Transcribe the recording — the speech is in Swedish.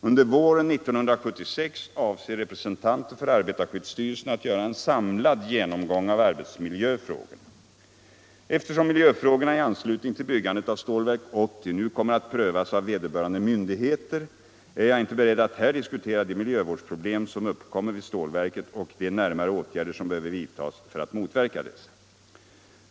Under våren 1976 avser representanter för arbetarskyddsstyrelsen att göra en samlad genomgång av arbetsmiljöfrågorna. Eftersom miljöfrågorna i anslutning till byggandet av Stålverk 80 nu kommer att prövas av vederbörande myndigheter är jag inte beredd att här diskutera de miljövårdsproblem som uppkommer vid stålverket och de närmare åtgärder. som behöver vidtagas för att motverka dessa.